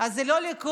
אז זה לא ליכוד